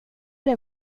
det